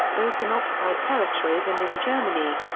both in occupied territories and in germany.